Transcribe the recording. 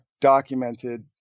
documented